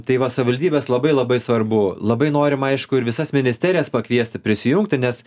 tai va savivaldybės labai labai svarbu labai norim aišku ir visas ministerijas pakviesti prisijungti nes